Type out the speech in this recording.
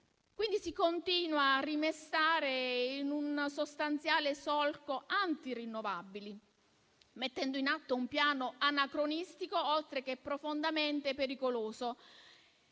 continua quindi a rimestare in un sostanziale solco antirinnovabili, mettendo in atto un piano anacronistico, oltre che profondamente pericoloso.